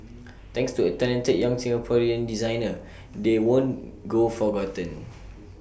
thanks to A talented young Singaporean designer they won't go forgotten